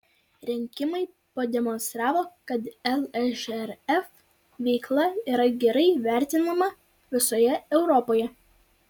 rinkimai pademonstravo kad lžrf veikla yra gerai vertinama visoje europoje